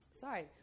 Sorry